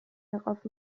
darauf